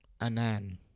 Anan